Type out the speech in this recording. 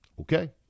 okay